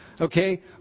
okay